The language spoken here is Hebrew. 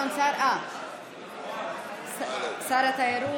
שר התיירות.